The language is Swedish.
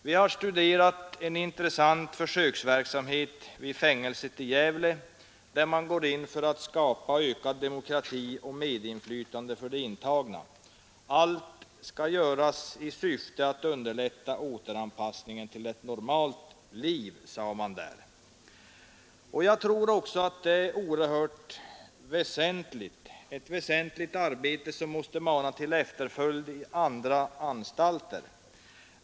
Vi har studerat en intressant försöksverksamhet vid fängelset i Gävle, där man går in för att skapa ökad demokrati och medinflytande för de intagna. Allt skall göras i syfte att underlätta återanpassningen till ett normalt liv, sade man där. Jag tror också att det är ett oerhört väsentligt arbete, som måste mana till efterföljd i andra anstalter.